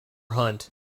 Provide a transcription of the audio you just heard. hunt